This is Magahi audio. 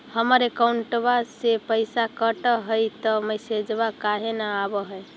हमर अकौंटवा से पैसा कट हई त मैसेजवा काहे न आव है?